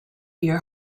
your